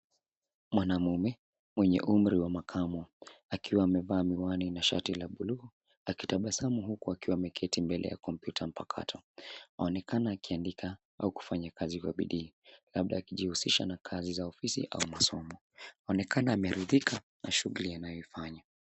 Mwamume mwenye umri wa makamu akiwa amevaa miwani na shati la bluu akitabasamu huku akiwa ameketi mbele ya kompyuta mpakato. Onekana akiandika au akifanya kazi kwa bidii, labda akijiuzishisha na kazi ya ofisi au masomo. Uonekana ameridika na shughuli anayefanya.